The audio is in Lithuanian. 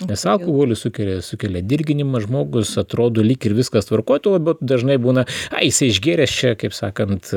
nes alkoholis sukelia sukelia dirginimą žmogus atrodo lyg ir viskas tvarkoj vat dažnai būna ai jisai išgėręs čia kaip sakant